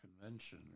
convention